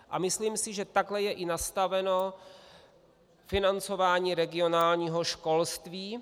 A myslím si, že takhle je i nastaveno financování regionálního školství.